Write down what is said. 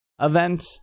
event